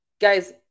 guys